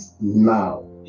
now